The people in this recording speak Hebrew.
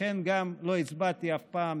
לכן גם לא הצבעתי אף פעם,